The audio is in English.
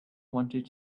wanted